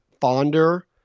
fonder